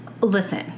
listen